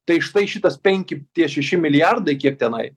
tai štai šitas penki tie šeši milijardai kiek tenai